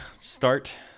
start